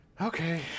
Okay